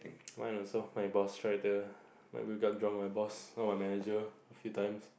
mine also my boss tried to we got drunk with my boss not my manager few times